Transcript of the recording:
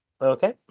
okay